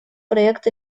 проект